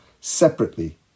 separately